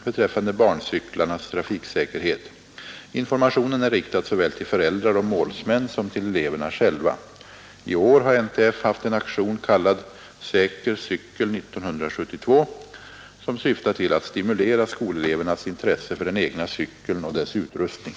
beträffande barncyklarnas trafiksäkerhet. Informationen är riktad såväl till föräldrar och målsmän som till eleverna själva. I år har NTF haft en aktion kallad ”Säker cykel 1972”, som syftar till att stimulera skolelevernas intresse för den egna cykeln och dess utrustning.